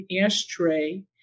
ashtray